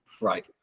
right